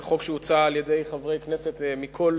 זה חוק שהוצע על-ידי חברי כנסת מכל